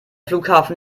flughafen